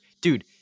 Dude